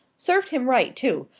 served him right, too!